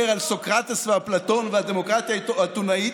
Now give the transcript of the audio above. על סוקרטס ואפלטון והדמוקרטיה האתונאית.